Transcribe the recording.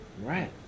Right